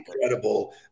incredible